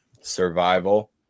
survival